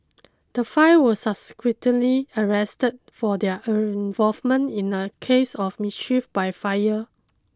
the five were subsequently arrested for their own involvement in a case of mischief by fire